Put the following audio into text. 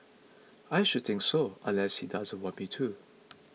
I should think so unless he doesn't want me to